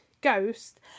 Ghost